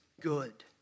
good